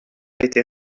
été